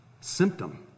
symptom